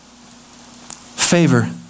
Favor